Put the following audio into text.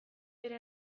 bere